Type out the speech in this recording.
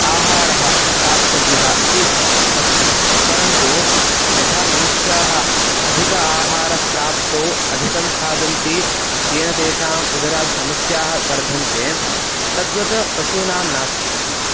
आहारः प्राप्तव्यः इति अस्ति परन्तु यथा मनुष्याः अधिक आहारप्राप्तौ अधिकं खादन्ति येन तेषाम् उदरात् समस्याः वर्धन्ते तद्वत् पशूनां नास्ति